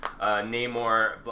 Namor